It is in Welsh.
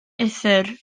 uthr